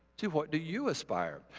to what do you aspire?